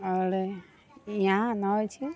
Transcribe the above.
आओर इहाँ नहि होइ छै